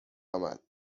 آمد